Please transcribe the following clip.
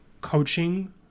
Coaching